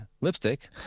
lipstick